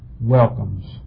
welcomes